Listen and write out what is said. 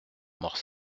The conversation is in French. mort